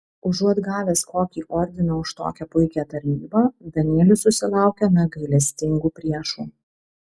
užuot gavęs kokį ordiną už tokią puikią tarnybą danielius susilaukia negailestingų priešų